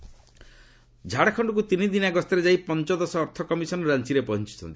finance commission ଝାଡ଼ଖଣ୍ଡକୁ ତିନିଦିନିଆ ଗସ୍ତରେ ଯାଇ ପଞ୍ଚଦଶ ଅର୍ଥ କମିଶନ ରାଞ୍ଚରେ ପହଞ୍ଚୁଛନ୍ତି